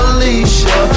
Alicia